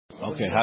Okay